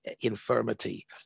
infirmity